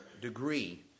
degree